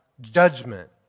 judgment